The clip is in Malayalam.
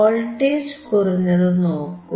വോൾട്ടേജ് കുറഞ്ഞതു നോക്കൂ